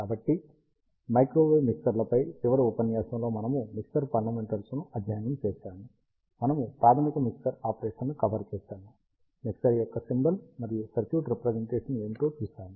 కాబట్టి మైక్రోవేవ్ మిక్సర్లపై చివరి ఉపన్యాసంలో మనము మిక్సర్ ఫండమెంటల్స్ను అధ్యయనం చేసాము మనము ప్రాథమిక మిక్సర్ ఆపరేషన్ను కవర్ చేసాము మిక్సర్ యొక్క సింబల్ మరియు సర్క్యూట్ రిప్రజెంటేషన్ ఏమిటో చూశాము